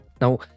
Now